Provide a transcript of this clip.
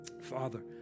Father